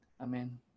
Amen